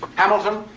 but hamilton,